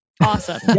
Awesome